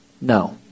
no